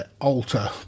alter